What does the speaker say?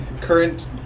current